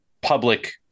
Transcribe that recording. public